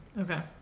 Okay